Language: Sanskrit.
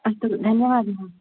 अस्तु धन्यवादः